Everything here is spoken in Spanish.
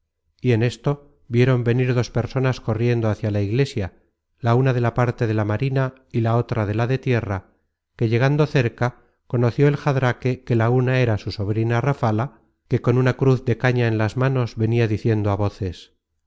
y en esto vieron venir dos personas corriendo hácia la iglesia la una de la parte de la marina y la otra de la de la tierra que llegando cerca conoció el jadraque que la una era su sobrina rafala que con una cruz de caña en las manos venia diciendo á voces